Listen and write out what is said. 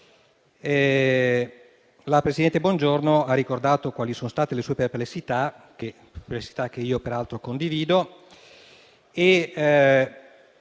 La presidente Bongiorno ha ricordato quali sono state le sue perplessità, che peraltro condivido,